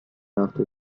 after